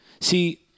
See